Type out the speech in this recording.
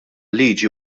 liġi